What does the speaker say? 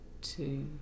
two